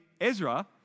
Ezra